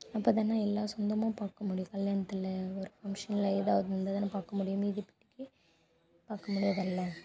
அப்ப தான எல்லா சொந்தமும் பாக்க முடியும் கல்யாணத்தில் ஒரு ஃபங்க்ஷனில் எதாவது வந்தால் தானே பார்க்க முடியும் மீதி பார்க்க முடியாதுல்ல